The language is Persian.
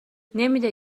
نمیده